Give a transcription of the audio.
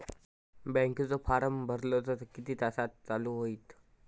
बँकेचो फार्म भरलो तर किती तासाक चालू होईत?